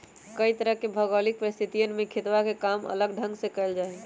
कई तरह के भौगोलिक परिस्थितियन में खेतवा के काम अलग ढंग से कइल जाहई